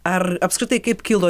ar apskritai kaip kilo